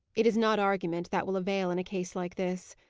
it is not argument that will avail in a case like this.